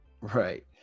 Right